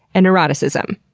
and neuroticism.